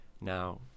now